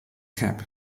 cab